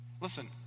Listen